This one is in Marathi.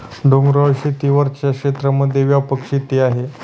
डोंगराळ शेती वरच्या क्षेत्रांमध्ये व्यापक शेती आहे